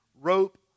rope